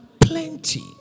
plenty